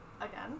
again